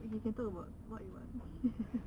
if we can talk about what you want